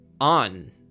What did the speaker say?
on